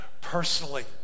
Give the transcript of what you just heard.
personally